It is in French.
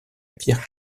pierre